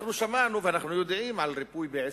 אנחנו שמענו ואנחנו יודעים על ריפוי בעיסוק,